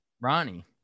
Ronnie